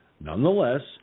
Nonetheless